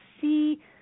see